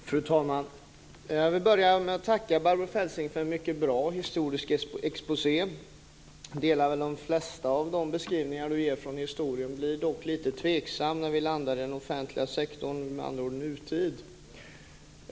Fru talman! Jag vill börja med att tacka Barbro Feltzing för en mycket bra historisk exposé. Jag instämmer i de flesta av hennes beskrivningar av historien. Jag blir dock lite tveksam när hon landade i offentliga sektorn och nutid.